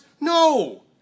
No